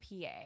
PA